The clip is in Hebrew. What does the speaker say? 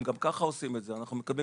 הם גם ככה עושים את זה ואנחנו מקבלים